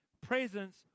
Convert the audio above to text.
presence